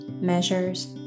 measures